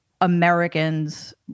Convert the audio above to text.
Americans